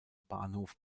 bahnhof